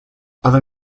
other